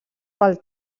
pel